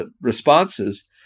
responses